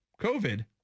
COVID